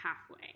halfway